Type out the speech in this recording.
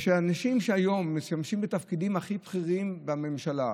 והאנשים שהיום משמשים בתפקידים הכי בכירים בממשלה,